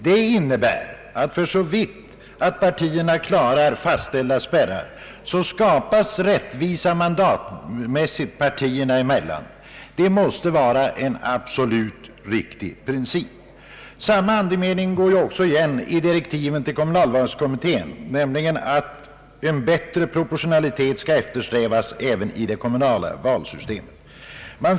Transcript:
Det innebär att om partierna klarar fastställda spärrar skapas rättvisa mandatmässigt partierna emellan. Detta måste vara en absolut riktig princip. Samma andemening går igen i direktiven till kommunvalskommittén, nämligen att en bättre proportionalitet skall eftersträvas även i det kommunala valsystemet.